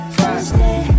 Friday